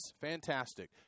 fantastic